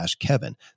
kevin